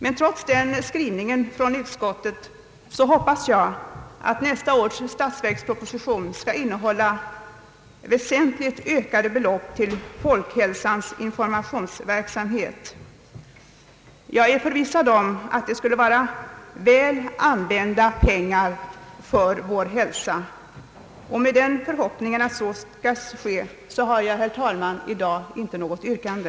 Men trots den skrivning utskottsmajoriteten gjort hoppas jag att nästa års statsverksproposition skall innehålla väsentligt ökade belopp till Folkhälsans <:informationsverksamhet. Jag är förvissad om att det skulle vara väl använda pengar för vår hälsa. Med den förhoppningen att anslagen skall komma att höjas slutar jag mitt anförande, och jag har, herr talman, i dag inget yrkande.